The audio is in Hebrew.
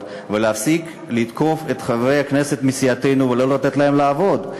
ולהפסיק לתקוף את חברי הכנסת מסיעתנו ולא לתת להם לעבוד.